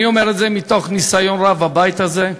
אני אומר את זה מתוך ניסיון רב בבית הזה,